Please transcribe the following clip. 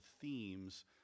themes